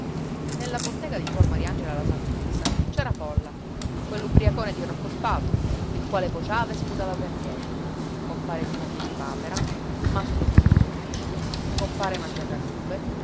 nella bottega di suor mariangela la santuzza c'era folla quell'ubbriacone di rocco spatu il quale vociava e sputava per dieci compare tino piedipapera mastro turi zuppiddu compare mangiacarrubbe